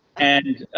and,